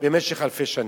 במשך אלפי שנים.